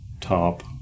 top